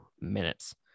minutes